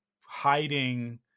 hiding